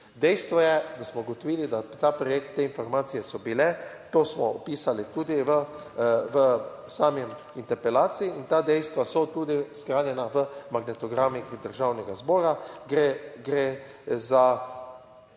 Dejstvo je, da smo ugotovili, da ta projekt, te informacije so bile, to smo opisali tudi v sami interpelaciji in ta dejstva so tudi shranjena v magnetogramih Državnega zbora. **56.